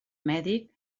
mèdic